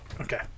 okay